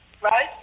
Right